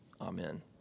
Amen